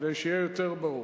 כדי שיהיה יותר ברור.